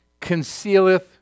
concealeth